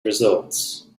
results